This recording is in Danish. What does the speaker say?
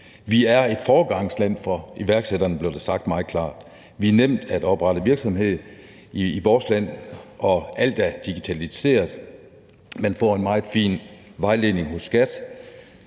Vi er et foregangsland for iværksætterne, blev der sagt meget klart. Det er nemt at oprette en virksomhed i vores land, alt er digitaliseret, og man får en meget fin vejledning af